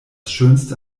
schönste